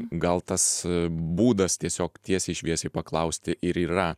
gal tas būdas tiesiog tiesiai šviesiai paklausti ir yra